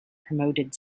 promoted